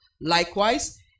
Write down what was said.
Likewise